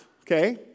okay